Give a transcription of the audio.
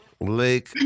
Lake